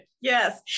Yes